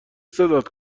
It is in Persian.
صدات